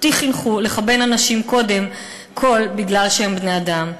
אותי חינכו לכבד אנשים קודם כול בגלל שהם בני-אדם".